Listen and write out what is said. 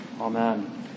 Amen